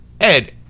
Ed